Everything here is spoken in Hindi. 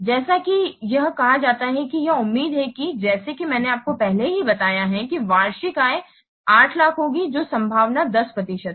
जैसा कि यह कहा जाता है कि यह उम्मीद है कि जैसा कि मैंने आपको पहले ही बताया है कि वार्षिक आय 800000 होगी जहां संभावना 10 प्रतिशत है